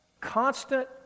constant